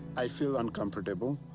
i feel uncomfortable